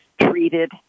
treated